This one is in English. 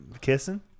Kissing